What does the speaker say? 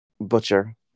Butcher